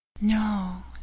No